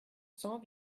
cents